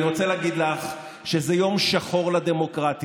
אני רוצה להגיד לך שזה יום שחור לדמוקרטיה.